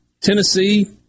Tennessee